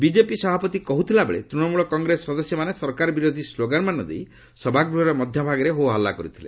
BJP ସଭାପତି କହୁଥିବା ବେଳେ ତୃଶମ୍ବଳ କଂଗ୍ରେସର ସଦସ୍ୟମାନେ ସରକାର ବିରୋଧୀ ସ୍କୋଗାନମାନ ଦେଇ ସଭାଗୃହର ମଧ୍ୟଭାଗରେ ହୋହାଲ୍ଲୁ କରିଥିଲେ